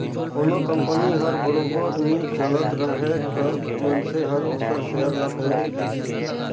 कोनो कंपनी हर बरोबर नी चलत राहय तब मइनसे हर ओखर सेयर ल बेंच देथे